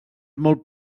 molt